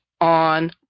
on